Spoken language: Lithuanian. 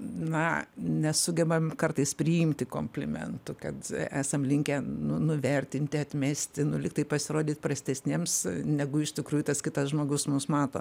na nesugebam kartais priimti komplimentų kad esam linkę nu nuvertinti atmesti nu lyg tai pasirodyt prastesniems negu iš tikrųjų tas kitas žmogus mus mato